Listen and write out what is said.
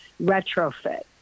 retrofit